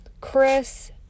Chris